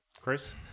Chris